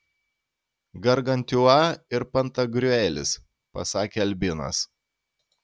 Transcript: gargantiua ir pantagriuelis pasakė albinas